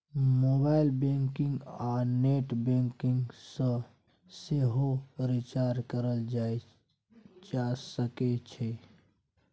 mobile banking आ net banking सँ सेहो रिचार्ज कएल जा सकै छै